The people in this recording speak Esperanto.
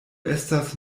estas